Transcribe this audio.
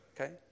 Okay